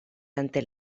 ante